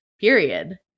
period